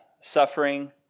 suffering